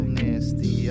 nasty